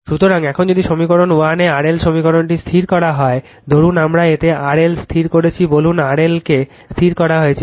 সুতরাং এখন যদি সমীকরণ 1 এ RL এই সমীকরণটিকে স্থির রাখা হয় ধরুন আমরা এতে RL স্থির করেছি বলুন RLকে স্থির রাখা হয়েছে